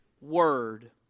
Word